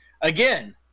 again